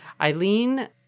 Eileen